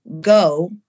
go